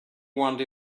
want